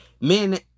men